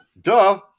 Duh